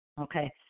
Okay